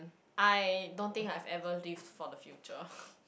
I don't think I've ever lived for the future